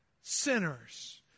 sinners